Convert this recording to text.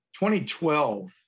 2012